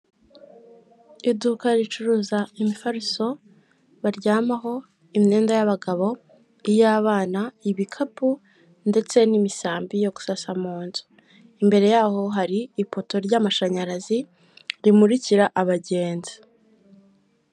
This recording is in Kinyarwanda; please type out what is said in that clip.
Inzu igurishwa iba iherereye i Kanombe mu mujyi wa Kigali ifite ibyumba bine n'ubwogero butatu ikaba ifite amadirishya atatu manini n'umuryango munini ifite urubaraza rusashemo amabuye y'umweru n'umutuku ifite ibikuta bisize amabara y'umweru n'icyatsi n'amabati manini.